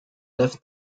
left